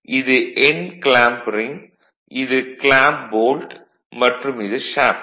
இது end clamp ring இது clamp bolt மற்றும் இது ஷேஃப்ட்